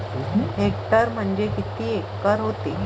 Hectare म्हणजे किती acre व्हते?